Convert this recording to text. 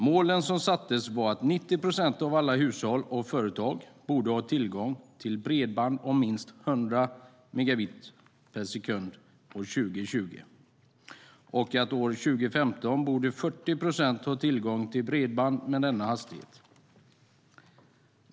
Målen som sattes var att 90 procent av alla hushåll och företag borde ha tillgång till bredband om minst 100 megabit per sekund år 2020 och att 40 procent borde ha tillgång till bredband med denna hastighet år 2015.